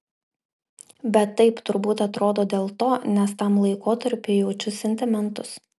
bet taip turbūt atrodo dėl to nes tam laikotarpiui jaučiu sentimentus